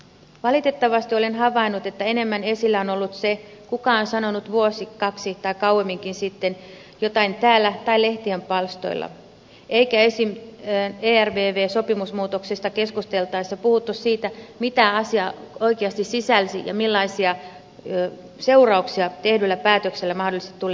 valitettavasti olen havainnut että enemmän esillä on ollut se kuka on sanonut vuosi kaksi tai kauemminkin sitten jotain täällä tai lehtien palstoilla eikä esimerkiksi ervv sopimusmuutoksista keskusteltaessa puhuttu siitä mitä asia oikeasti sisälsi ja millaisia seurauksia tehdyllä päätöksellä mahdollisesti tulee olemaan